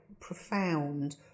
profound